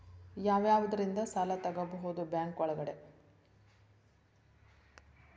ಯಾವ್ಯಾವುದರಿಂದ ಸಾಲ ತಗೋಬಹುದು ಬ್ಯಾಂಕ್ ಒಳಗಡೆ?